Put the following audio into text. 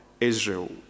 Israel